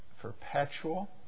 perpetual